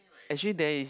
actually there is